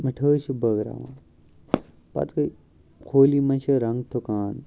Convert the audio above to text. مِٹھٲے چھِ بٲگراوان پَتہٕ گٔے ہولی منٛز چھِ رنٛگ ٹُھکان